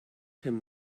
him